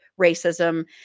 racism